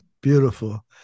beautiful